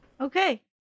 Okay